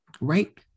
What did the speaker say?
right